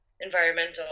environmental